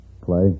Clay